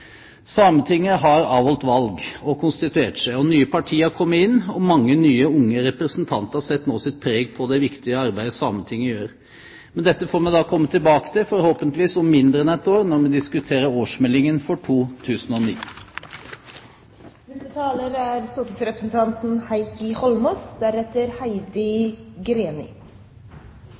Sametinget har avholdt valg og konstituert seg, nye partier har kommet inn, og mange nye unge representanter setter nå sitt preg på det viktige arbeidet Sametinget gjør. Men dette får vi komme tilbake til, forhåpentligvis om mindre enn et år, når vi diskuterer årsmeldingen for 2009. Jeg vil begynne med å si at jeg er